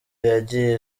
yagiye